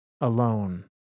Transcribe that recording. alone